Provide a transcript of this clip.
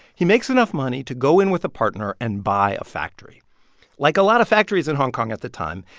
he makes enough money to go in with a partner and buy a factory like a lot of factories in hong kong at the time,